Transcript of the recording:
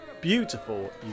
Beautiful